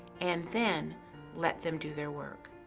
and then let them do their work.